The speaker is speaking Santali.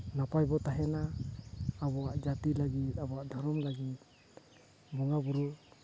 ᱱᱟᱯᱟᱭ ᱵᱚ ᱸᱛᱟᱦᱮᱱᱟ ᱟᱵᱚᱣᱟᱜ ᱡᱟᱹᱛᱤ ᱞᱟᱹᱜᱤᱫ ᱟᱵᱚᱣᱟᱜ ᱫᱷᱚᱨᱚᱢ ᱞᱟᱹᱜᱤᱫ ᱵᱚᱸᱜᱟᱼᱵᱩᱨᱩ